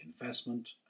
investment